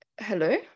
hello